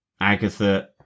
Agatha